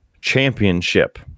Championship